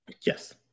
Yes